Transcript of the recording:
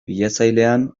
bilatzailean